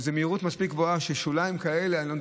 זה מהירות מספיק גבוהה ששוליים כאלה, אני לא יודע.